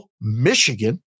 Michigan